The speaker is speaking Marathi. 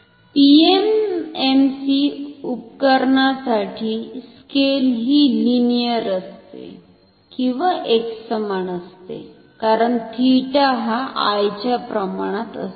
PMMC उपकरणासाठी स्केल ही लिनीअर असते किंवा एकसमान असते कारण थिटा हा I च्या प्रमाणात असतो